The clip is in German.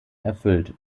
erfüllt